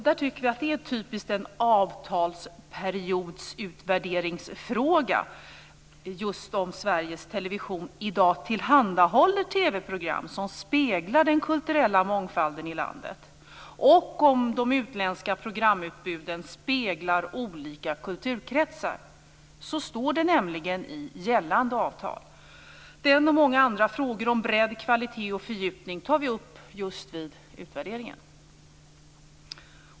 Vi tycker att det är en typisk avtalsperiodsutvärderingsfråga just om Sveriges Television i dag tillhandahåller TV-program som speglar den kulturella mångfalden i landet och om de utländska programutbuden speglar olika kulturkretsar. Så står det i gällande avtal. Denna fråga och många andra frågor om bredd, kvalitet och fördjupning tar vi upp just vid utvärderingen.